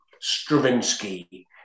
Stravinsky